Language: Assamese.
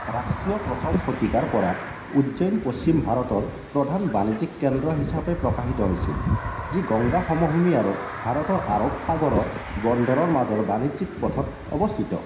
ৰাষ্ট্ৰীয় প্ৰথম শতিকাৰপৰা উজ্জয়িন পশ্চিম ভাৰতৰ প্ৰধান বাণিজ্যিক কেন্দ্ৰ হিচাপে প্ৰকাশিত হৈছিল যি গংগা সমভূমি আৰু ভাৰতৰ আৰব সাগৰৰ বন্দৰৰ মাজৰ বাণিজ্যিক পথত অৱস্থিত